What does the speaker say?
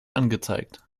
angezeigt